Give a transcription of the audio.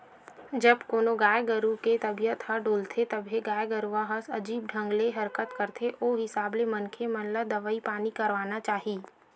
जब कोनो गाय गरु के तबीयत ह डोलथे तभे गाय गरुवा ह अजीब ढंग ले हरकत करथे ओ हिसाब ले मनखे मन ल दवई पानी करवाना चाही